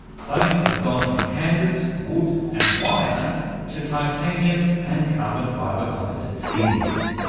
planes have gone from canvas, wood and wire to titanium and carbon-fibre composite skins.